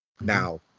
Now